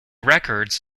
records